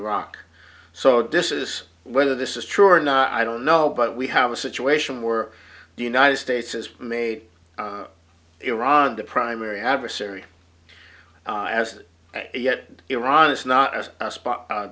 iraq so disses whether this is true or not i don't know but we have a situation where the united states has made iran the primary adversary as yet and iran is not as